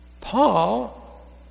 Paul